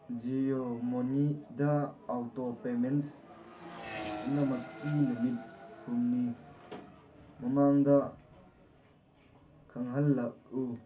ꯖꯤꯑꯣ ꯃꯣꯅꯤꯗ auto payments ꯄꯨꯝꯅꯃꯛꯀꯤ ꯅꯨꯃꯤꯠ ꯍꯨꯝꯅꯤ ꯃꯃꯥꯡꯗ ꯈꯪꯍꯜꯂꯛꯎ